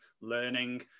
learning